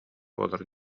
буолар